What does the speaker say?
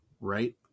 Right